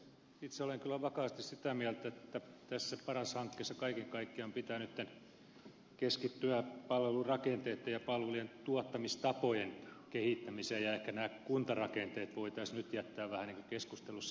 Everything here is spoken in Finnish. itse olen kyllä vakaasti sitä mieltä että tässä paras hankkeessa kaiken kaikkiaan pitää nyt keskittyä palvelurakenteitten ja palvelujen tuottamistapojen kehittämiseen ja ehkä nämä kuntarakenteet voitaisiin nyt jättää vähän keskustelussa vähemmälle